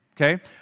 okay